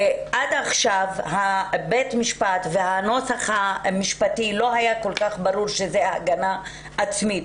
עד עכשיו בית המשפט והנוסח המשפטי לא היה כל כך ברור שזה הגנה עצמית,